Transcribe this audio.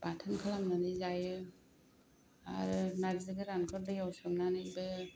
बाथोन खालामनानै जायो आरो नारजि गोरानखौ दैआव सोमनानैबो